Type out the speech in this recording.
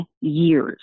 years